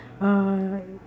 uh